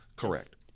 Correct